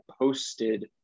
posted